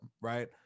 right